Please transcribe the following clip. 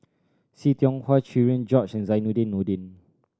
See Tiong Wah Cherian George and Zainudin Nordin